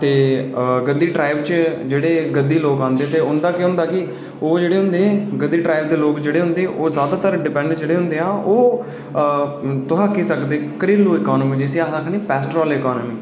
ते गद्दी ट्राईब च जेह्ड़े गद्दी लोक औंदे ते उं'दा केह् होंदा कि ओह् जेह्ड़े होंदे गद्दी ट्राईब दे लोक जेह्ड़े होंदे ओह् जैदातर डिपैंड जेह्ड़े होंदे आ ओह् तुस आक्खी सकदे घरेलू इकानमी जिसी अस आखने पैस्टोरल़ इकानमी